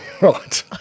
Right